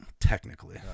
technically